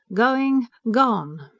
going. gone!